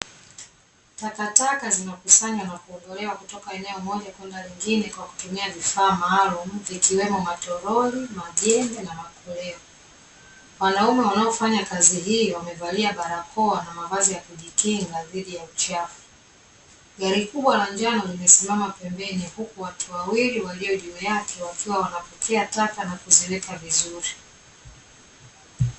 Takataka zinakusanywa na kuondolewa kutoka eneo moja kwenda lingine kwa kutumia vifaa maalumu vikiwemo matolori, majembe na makoleo. Wanaume wanaofanya kazi hiyo wamevalia barakoa na mavazi ya kujikinga dhidi ya uchafu. Gari kubwa la njano limesimama pembeni, huku watu wawili walio juu yake wakiwa wanapokea taka na kuziweka vizuri.